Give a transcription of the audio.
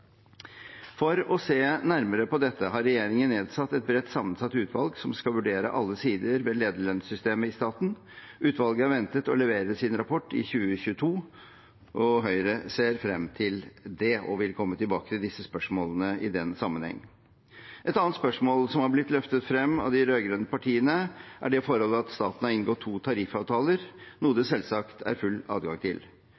For å se nærmere på dette har regjeringen nedsatt et bredt sammensatt utvalg som skal vurdere alle sider ved lederlønnssystemet i staten. Utvalget er ventet å levere sin rapport i 2022. Høyre ser frem til det og vil komme tilbake til disse spørsmålene i den sammenheng. Et annet spørsmål som har blitt løftet frem av de rød-grønne partiene, er det forhold at staten har inngått to tariffavtaler, noe det